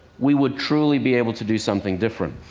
we would truly be able to do something different.